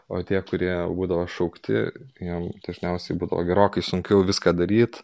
o tie kurie būdavo šaukti jiem dažniausiai būdavo gerokai sunkiau viską daryt